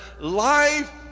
life